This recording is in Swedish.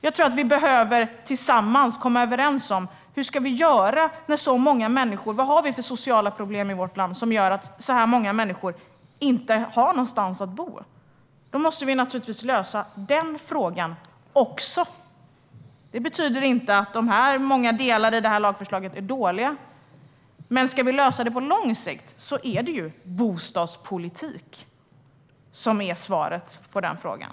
Jag tror att vi tillsammans behöver komma överens om hur vi ska göra - vad har vi för sociala problem i vårt land som gör att så många människor inte har någonstans att bo? Vi måste naturligtvis lösa den frågan också. Detta betyder inte att de flesta delarna av lagförslaget är dåliga. Men ska vi lösa detta på lång sikt är det bostadspolitik som är svaret på frågan.